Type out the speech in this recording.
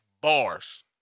bars